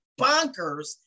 bonkers